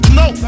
no